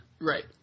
Right